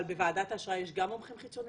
אבל בוועדת האשראי יש גם מומחים חיצוניים?